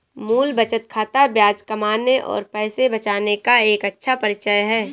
मूल बचत खाता ब्याज कमाने और पैसे बचाने का एक अच्छा परिचय है